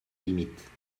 limites